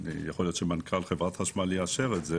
יכול להיות שמנכ"ל חברת החשמל יאשר את זה